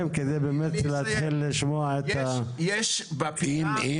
יש לנו את החזיריות שנמצאות על הרכס השמאלי